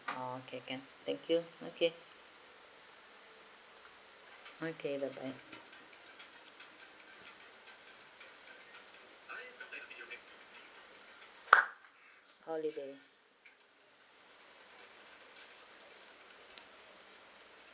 orh okay can thank you okay okay bye bye holiday